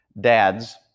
dads